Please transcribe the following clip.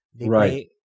Right